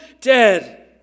dead